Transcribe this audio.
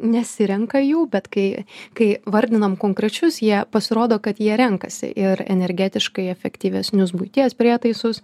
nesirenka jų bet kai kai vardinam konkrečius jie pasirodo kad jie renkasi ir energetiškai efektyvesnius buities prietaisus